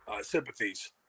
sympathies